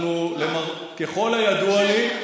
ככל הידוע לי,